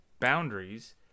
boundaries